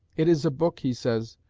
it is a book, he says,